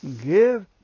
give